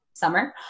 summer